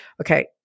okay